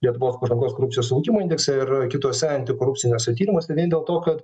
lietuvos pažangos korupcijos augimo indekse ir kituose antikorupciniuose tyrimuose vien dėl to kad